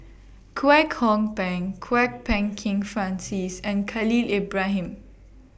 Kwek Hong Png Kwok Peng Kin Francis and Khalil Ibrahim